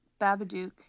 Babadook